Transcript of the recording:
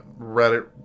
Reddit